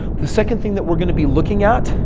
the second thing that we're going to be looking at.